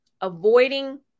avoiding